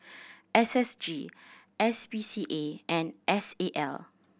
S S G S P C A and S A L